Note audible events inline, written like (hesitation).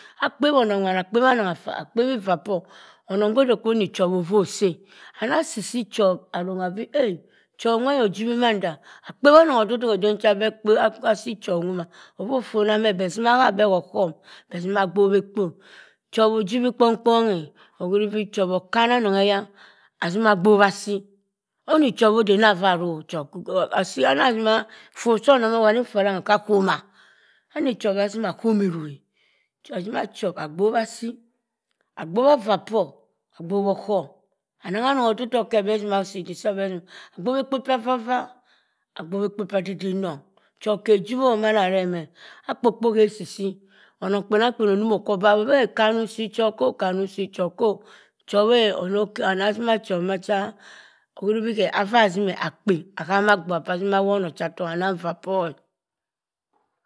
Akpewionong wani akpewi onong afa akpewi vah or onong koh dey kohi choh ovoh seh and asi si chow anongha bi chow ejiwi mandah akpewi onong oddhok edwn cha beh si choq dumah ovoh ofonah meh beh zimah aza wah ohum beh zima boweh kpo chowojiwi kpongkpongha ohuri chow akahanah ano-ongheya azima bowa asi oni chow ho dey navah (hesitation) akah komot ni chowa zimi ah komwrunghe azima chwop abowa asi abowo vah por abowoh chum anangha onong oddohk keh beh zima si iddihk abeh rongh abowa ekpo ah vah vah abowa kpo ha odey dey nongh chow keh jiwo mandahrehmen akpo kpohe si si onong kpenang kpen inioh koh gbaha ho kanu si chow koh koh kanu si chow kho choweh anah zimah chow masa ohurubi hey avah zimeh akpeh anama abua kah zimoh honoh ocha tohk anang vaa por